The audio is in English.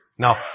Now